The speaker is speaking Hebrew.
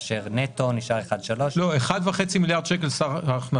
כאשר נטו נשאר 1.3 מיליארד שקל.